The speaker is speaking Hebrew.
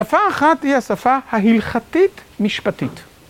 שפה אחת היא השפה ההלכתית משפטית.